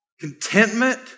contentment